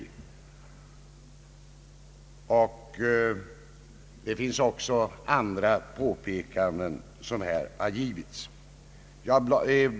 Också andra påpekanden har gjorts.